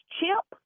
Chip